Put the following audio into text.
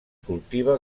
cultiva